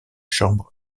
chambre